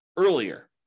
earlier